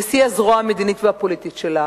נשיא הזרוע המדינית והפוליטית שלה